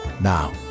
Now